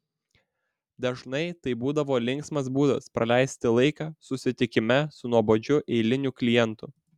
dažnai tai būdavo linksmas būdas praleisti laiką susitikime su nuobodžiu eiliniu klientu